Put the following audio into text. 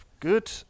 Good